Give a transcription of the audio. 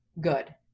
good